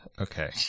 Okay